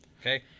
Okay